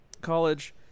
college